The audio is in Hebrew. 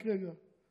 רק רגע,